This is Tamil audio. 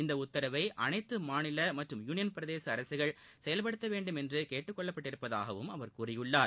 இந்த உத்தரவை அனைத்து மாநில மற்றும் யூளியன் பிரதேச அரசுகள் செயல்படுத்த வேண்டுமென்று கேட்டுக் கொள்ளப்பட்டுள்ளதாகவும் அவர் கூறியுள்ளார்